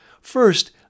First